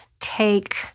take